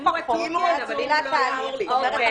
------ זאת אומרת,